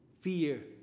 Fear